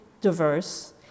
diverse